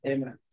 Amen